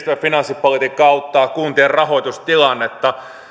ja kiristävä finanssipolitiikka auttavat kuntien rahoitustilannetta